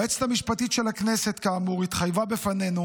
היועצת המשפטית של הכנסת, כאמור, התחייבה בפנינו